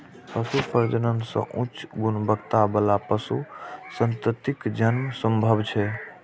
पशु प्रजनन सं उच्च गुणवत्ता बला पशु संततिक जन्म संभव छै